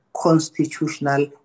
constitutional